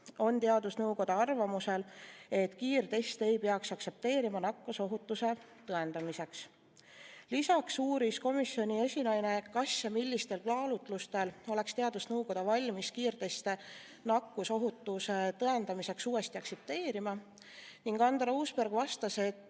– teadusnõukoda arvamusel, et kiirteste ei peaks aktsepteerima nakkusohutuse tõendamiseks. Lisaks uuris komisjoni esinaine, kas ja millistel kaalutlustel oleks teadusnõukoda valmis kiirteste nakkusohutuse tõendamiseks uuesti aktsepteerima. Andero Uusberg vastas, et